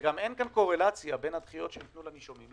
וגם אין קורלציה בין הדחיות שניתנו לנישומים,